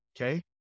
okay